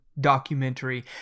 documentary